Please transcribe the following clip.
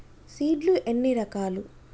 Seed లు ఎన్ని రకాలు?